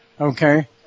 Okay